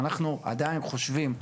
אנחנו עדיין חושבים,